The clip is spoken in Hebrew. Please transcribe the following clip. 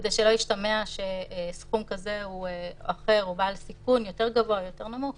כדי שלא ישתמע שסכום כזה או אחר הוא בעל סיכון יותר גבוה או נמוך